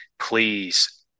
please